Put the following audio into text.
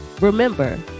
Remember